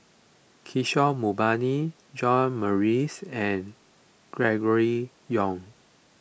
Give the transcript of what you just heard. Kishore Mahbubani John Morrice and Gregory Yong